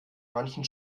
manchen